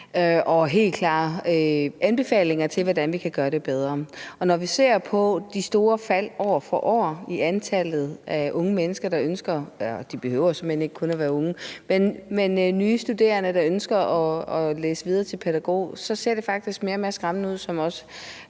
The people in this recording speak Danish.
og helt klare anbefalinger til, hvordan vi kan gøre det bedre. Og når vi ser på de store fald år for år i antallet af unge mennesker – de behøver såmænd ikke kun at være unge, men nye studerende – der ønsker at læse videre til pædagog, ser det faktisk mere og mere skræmmende ud. Som også